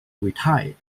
retired